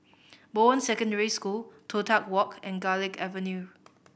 Bowen Secondary School Toh Tuck Walk and Garlick Avenue